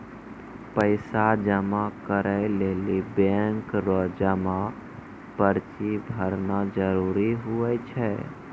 पैसा जमा करै लेली बैंक रो जमा पर्ची भरना जरूरी हुवै छै